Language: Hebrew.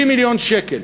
50 מיליון שקל.